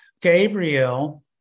gabriel